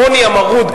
העוני המרוד,